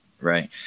Right